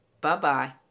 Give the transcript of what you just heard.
Bye-bye